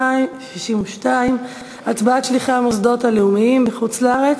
62) (הצבעת שליחי המוסדות הלאומיים בחוץ-לארץ),